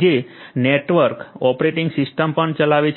જે network operating system પણ ચલાવે છે